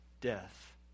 death